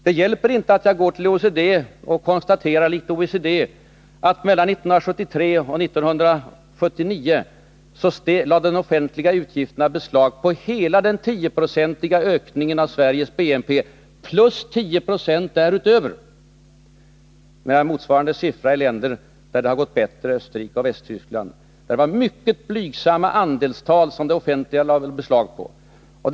Det hjälper inte att jag går till OECD-statistiken och konstaterar likt OECD att de offentliga utgifterna i Sverige mellan 1973 och 1979 lade beslag på hela den 10-procentiga ökningen av Sveriges BNP plus 10 26 därutöver, medan motsvarande siffror för länder där det har gått bättre — Österrike och Västtyskland — visar på att den offentliga sektorn tog i anspråk en mycket blygsam andel.